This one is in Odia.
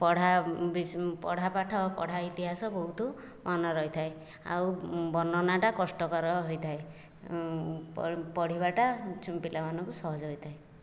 ପଢ଼ା ପଢ଼ା ପାଠ ଆଉ ପଢ଼ା ଇତିହାସ ବହୁତ ମନେ ରହିଥାଏ ଆଉ ବର୍ଣ୍ଣନାଟା କଷ୍ଟକର ହୋଇଥାଏ ପଢ଼ିବାଟା ପିଲାମାନଙ୍କୁ ସହଜ ହୋଇଥାଏ